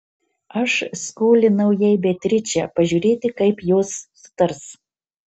aš skolinau jai beatričę pažiūrėti kaip jos sutars